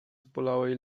zbolałej